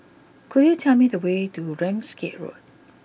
could you tell me the way to Ramsgate Road